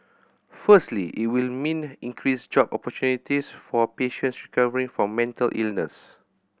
firstly it will mean increased job opportunities for patients recovering from mental illness